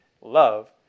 love